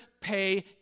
pay